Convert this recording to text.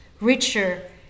richer